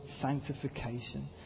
sanctification